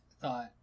thought